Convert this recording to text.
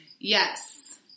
Yes